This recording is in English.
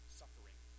suffering